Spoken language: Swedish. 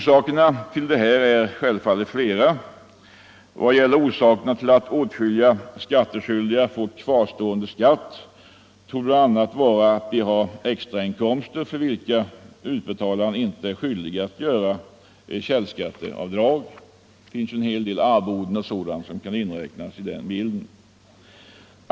Orsakerna härtill är självfallet flera. Vad gäller orsakerna till att åtskilliga skattskyldiga får kvarstående skatt torde det bl.a. vara att de har extrainkomster för vilka utbetalaren inte är skyldig att göra källskatteavdrag. Där finns det en del arvoden och liknande som kan spela in.